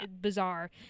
bizarre